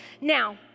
now